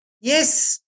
Yes